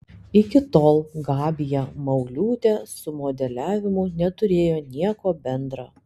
iki tol gabija mauliūtė su modeliavimu neturėjo nieko bendra